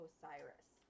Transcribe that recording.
Osiris